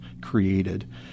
created